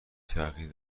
تغییر